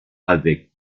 avec